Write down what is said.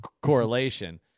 Correlation